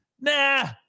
Nah